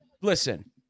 listen